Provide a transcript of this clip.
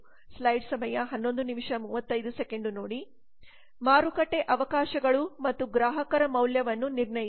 ಮಾರುಕಟ್ಟೆ ಅವಕಾಶಗಳು ಮತ್ತು ಗ್ರಾಹಕರ ಮೌಲ್ಯವನ್ನು ನಿರ್ಣಯಿಸಿ